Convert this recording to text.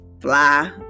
fly